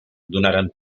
donaren